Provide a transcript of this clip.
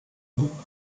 beaucoup